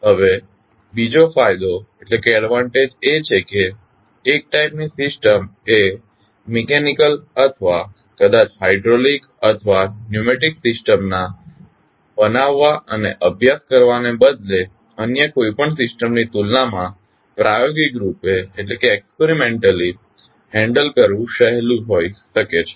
હવે બીજો ફાયદો એ છે કે એક ટાઇપ ની સિસ્ટમ એ મિકેનીકલ અથવા કદાચ હાઇડ્રોલિક અથવા ન્યુમેટિક સિસ્ટમના બનાવવા અને અભ્યાસ કરવાને બદલે અન્ય કોઈપણ સિસ્ટમની તુલનામાં પ્રાયોગિક રૂપે સંચાલન કરવું સહેલું હોય શકે છે